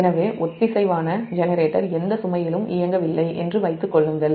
எனவே ஒத்திசைவான ஜெனரேட்டர் எந்த சுமையிலும் இயங்கவில்லை என்று வைத்துக் கொள்ளுங்கள்